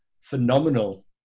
phenomenal